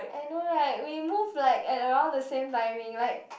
I know right we move like at around the same timing like